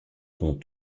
qu’on